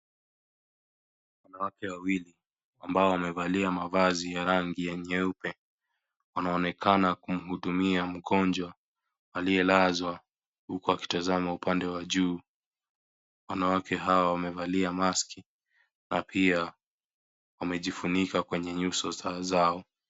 Wanawake wawili ambao wamevalia mavazi ya rangi ya nyeupe anaonekana kumhudumia mgonjwa aliyelazwa huku akitazama upande wa juu wanawake hawa wamevalia maski na pia wamejifunika kwenye nyuso zao.